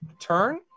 turn